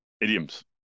idioms